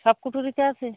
সব কুঠুরিতে আছে